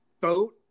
boat